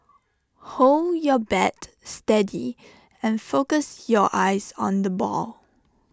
hold your bat steady and focus your eyes on the ball